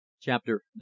CHAPTER